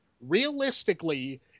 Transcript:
Realistically